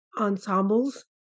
ensembles